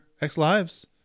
X-Lives